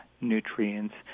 nutrients